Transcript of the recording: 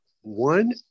one